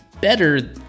better